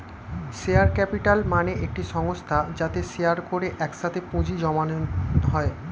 share capital মানে একটি সংস্থা যাতে শেয়ার করে একসাথে পুঁজি জমানো হয়